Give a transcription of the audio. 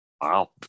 Wow